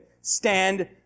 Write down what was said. Stand